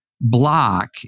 block